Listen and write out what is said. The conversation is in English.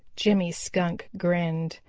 jimmy skunk grinned.